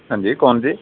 ਹਾਂਜੀ ਕੌਣ ਜੀ